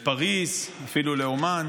לפריז, אפילו לאומן,